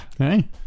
Okay